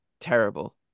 terrible